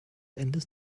endes